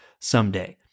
someday